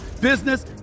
business